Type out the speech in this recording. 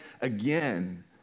again